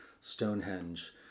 Stonehenge